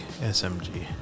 SMG